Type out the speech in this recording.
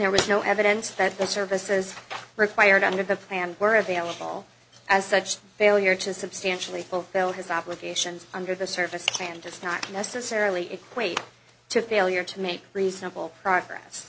there was no evidence that the services required under the plan were available as such failure to substantially fulfill his obligations under the service plan does not necessarily equate to failure to make reasonable progress